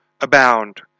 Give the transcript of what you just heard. abound